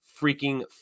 freaking